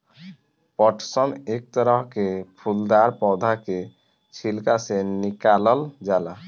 पटसन एक तरह के फूलदार पौधा के छिलका से निकालल जाला